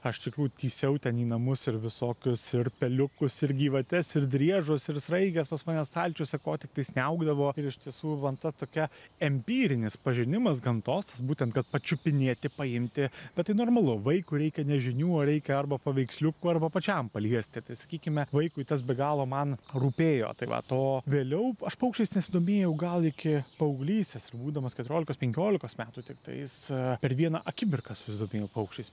aš iš tikrųjų tįsiau ten į namus ir visokius ir peliukus ir gyvates ir driežus ir sraiges pas mane stalčiuose ko tiktais neaugdavo ir iš tiesų man ta tokia empirinis pažinimas gamtos tas būtent kad pačiupinėti paimti bet tai normalu vaikui reikia ne žinių o reikia arba paveiksliukų arba pačiam paliesti tai sakykime vaikui tas be galo man rūpėjo tai vat o vėliau aš paukščiais nesidomėjau gal iki paauglystės ir būdamas keturiolikos penkiolikos metų tiktais per vieną akimirką susidomėjau paukščiais